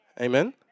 Amen